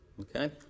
Okay